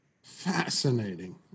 Fascinating